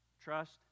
Trust